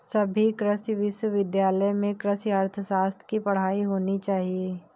सभी कृषि विश्वविद्यालय में कृषि अर्थशास्त्र की पढ़ाई होनी चाहिए